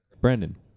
Brandon